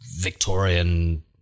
Victorian